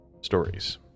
stories